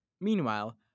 Meanwhile